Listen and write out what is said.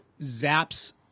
zaps